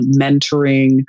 mentoring